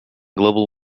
global